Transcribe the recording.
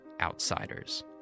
outsiders